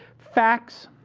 facts,